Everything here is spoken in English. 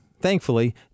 Thankfully